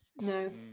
No